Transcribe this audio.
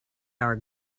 are